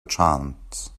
chance